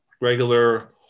regular